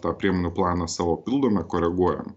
tą priemonių planą savo pildome koreguojam